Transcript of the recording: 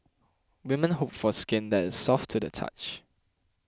women hope for skin that is soft to the touch